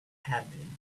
admin